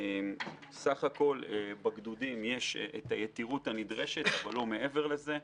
בסך הכול יש בגדודים את היתירות הנדרשת אבל לא מעבר לכזה.